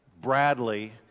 Bradley